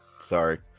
sorry